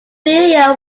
video